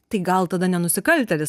tai gal tada ne nusikaltėlis